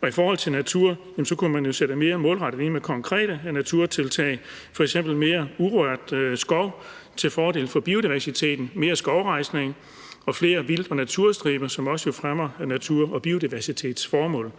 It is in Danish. Og i forhold til natur kunne man jo sætte mere målrettet ind med konkrete naturtiltag, f.eks. mere urørt skov til fordel for biodiversiteten, mere skovrejsning og flere vildt- og naturstriber, som også fremmer natur- og biodiversitetsformål.